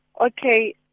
Okay